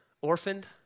Orphaned